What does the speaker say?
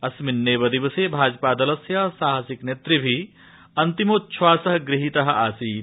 अस्मिन्नेव दिवसे भाजपादलस्य साहसिक नेतृभि अन्तिमोच्छवास गृहीत आसीत